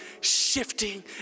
shifting